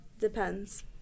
Depends